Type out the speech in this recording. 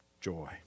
joy